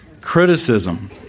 Criticism